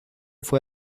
fue